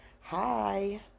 hi